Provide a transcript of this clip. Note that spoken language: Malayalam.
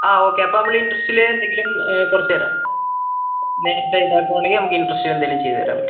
ആ ഓക്കെ അപ്പം നമ്മൾ ഇൻറ്ററസ്റ്റില് എന്തെങ്കിലും കുറച്ച് തരാം നേരത്തേ ഇതാക്കുവാണെങ്കിൽ നമുക്ക് ഇൻറ്ററസ്റ്റിൽ എന്തേലും ചെയ്ത് തരാൻ പറ്റും